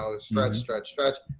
um stretch, stretch, stretch.